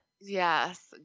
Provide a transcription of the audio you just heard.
Yes